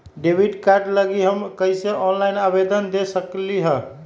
Debit card लागी हम कईसे ऑनलाइन आवेदन दे सकलि ह?